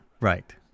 right